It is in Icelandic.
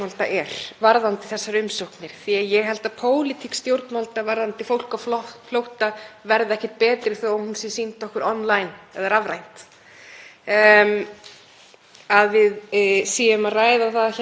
að við séum að ræða það hérna inni hverjar hugmyndirnar eru, því að töfraorð ríkisstjórnarflokkanna þriggja í þessum málaflokki hefur verið eitt og aðeins eitt: Skilvirkni.